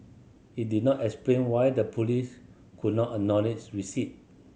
it did not explain why the police could not acknowledge receipt